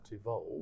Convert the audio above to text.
evolve